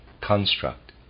construct